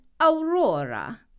Aurora